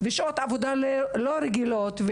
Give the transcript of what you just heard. ושעות עבודה לא רגילות,